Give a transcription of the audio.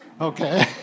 Okay